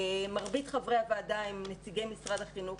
מרבית חברי הוועדה הם נציגי משרד החינוך